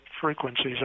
frequencies